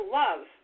love